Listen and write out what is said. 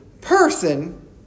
person